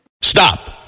Stop